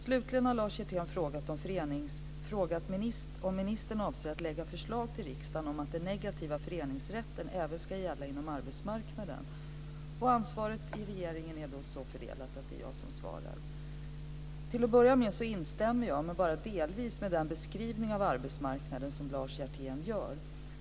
Slutligen har Lars Hjertén frågat om ministern avser att lägga fram förslag till riksdagen om att den negativa föreningsrätten även ska gälla inom arbetsmarknaden. Ansvaret inom regeringen är så fördelat att det är jag som ska svara på interpellationen. Till att börja med instämmer jag bara delvis med den beskrivning av arbetsmarknaden som Lars Hjertén gör.